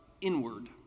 inward